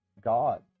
God